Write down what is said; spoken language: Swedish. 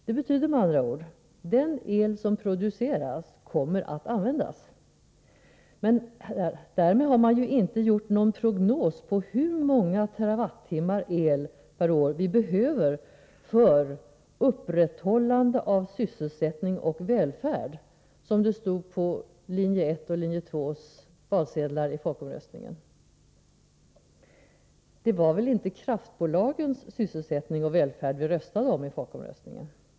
Det betyder med andra ord att den el som produceras kommer att användas. Därmed har man ju inte gjort någon prognos på hur många TWh el per år vi behöver för upprätthållande av sysselsättning och välfärd, som det stod på valsedlarna för linje 1 och linje 2 i folkomröstningen. Det var väl inte kraftbolagens sysselsättning och välfärd vi röstade om.